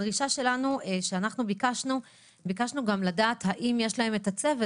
הדרישה שלנו היא שביקשנו לדעת האם יש להם את הצוות,